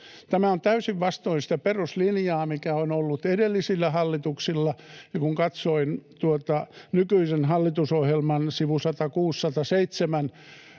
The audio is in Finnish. Tämä on täysin vastoin sitä peruslinjaa, mikä on ollut edellisillä hallituksilla, ja kun katsoin tuota nykyisen hallitusohjelman sivuilla 106—107